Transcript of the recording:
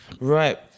Right